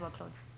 workloads